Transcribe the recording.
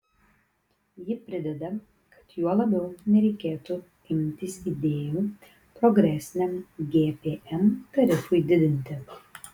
ji prideda kad juo labiau nereikėtų imtis idėjų progresiniam gpm tarifui didinti